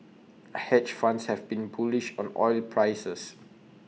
hedge funds have been bullish on oil prices